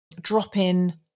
drop-in